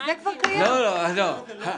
אתה אומר לי שההערכה היא 100 מיליון?